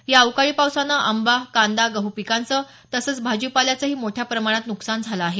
या अवकाळी पावसानं आंबा कांदा गहू पिकांचं तसंच भाजीपाल्याचंही मोठ्या प्रमाणात नुकसान झालं आहे